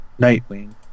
Nightwing